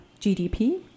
GDP